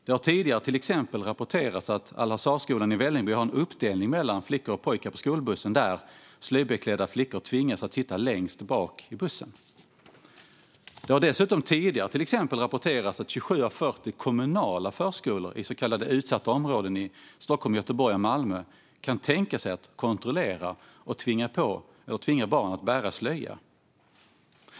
Det har rapporterats att Al-Azharskolan i Vällingby har en uppdelning mellan flickor och pojkar på skolbussen, där slöjbeklädda flickor tvingas sitta längst bak. Det har dessutom tidigare till exempel rapporterats att 27 av 40 kommunala förskolor i så kallade utsatta områden i Stockholm, Göteborg och Malmö kan tänka sig att kontrollera barn och tvinga dem att bära slöja.